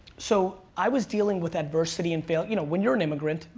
so, i was dealing with adversity in failure. you know, when you're an immigrant,